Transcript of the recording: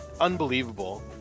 unbelievable